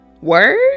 word